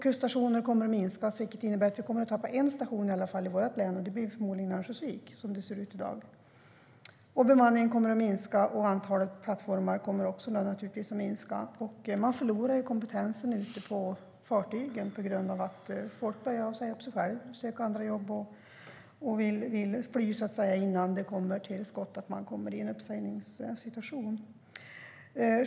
Kuststationer kommer att minska i antal, vilket innebär att vi tappar åtminstone en station i vårt län - förmodligen Örnsköldsvik. Bemanningen kommer att minska, och antalet plattformar kommer också att minska. Man förlorar i kompetens ute på fartygen. Folk säger upp sig och söker andra jobb. De vill fly innan de blir uppsagda.